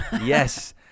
yes